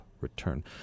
return